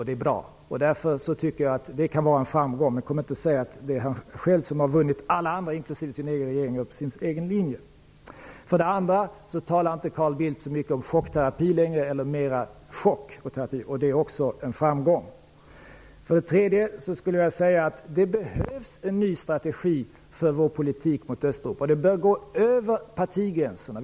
Det är bra. Det kan vara en framgång. Men kom inte och säg att det är han själv som har vunnit alla andra, inklusive sin egen regering, för sin egen linje. För det andra talar inte Carl Bildt så mycket om chockterapi längre, utan mera om chock och terapi. Det är också en framgång. För det tredje vill jag säga att det behövs en ny strategi för vår politik gentemot Östeuropa. Den bör ligga över partigränserna.